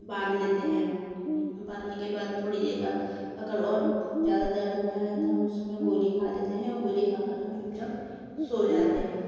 बाँध लेते हैं बाँधने के बाद थोड़ी देर बाद अगर और ज़्यादा दर्द होता है तो हम उस में गोली खा लेते हैं और गोली खा कर हम चुप चाप सो जाते हैं